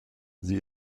sie